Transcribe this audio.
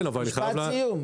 משפט סיום.